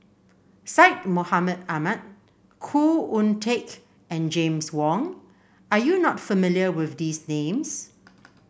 Syed Mohamed Ahmed Khoo Oon Teik and James Wong are you not familiar with these names